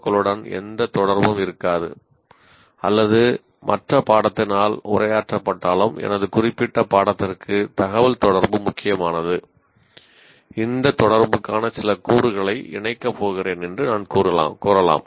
க்களுடன் எந்த தொடர்பும் இருக்காது அல்லது மற்ற பாடத்தினால் உரையாற்றப்பட்டாலும் எனது குறிப்பிட்ட பாடத்திற்கு தகவல் தொடர்பு முக்கியமானது இந்த தொடர்புக்கான சில கூறுகளை இணைக்கப் போகிறேன் என்று நான் கூறலாம்